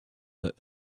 that